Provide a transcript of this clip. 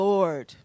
Lord